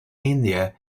india